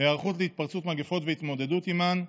היערכות להתפרצות מגפות והתמודדות עימן,